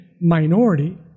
minority